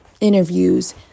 Interviews